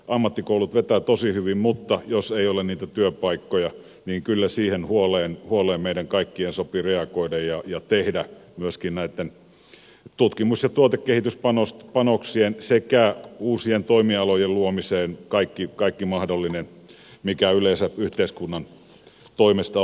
ammattikoulut vetävät tosi hyvin mutta jos ei ole niitä työpaikkoja niin kyllä siihen huoleen meidän kaikkien sopii reagoida ja tehdä myöskin näitten tutkimus ja tuotekehityspanoksien sekä uusien toimialojen luomiseen kaikki mahdollinen mikä yleensä yhteiskunnan toimesta on mahdollista tehdä